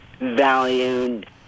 valued